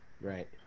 Right